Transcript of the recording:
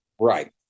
Right